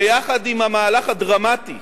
ביחד עם המהלך הדרמטי